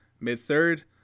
mid-third